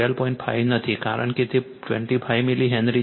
5 નથી કારણ કે તે 25 મિલી હેનરી છે